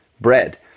bread